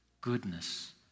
goodness